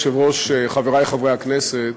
אדוני היושב-ראש, חברי חברי הכנסת,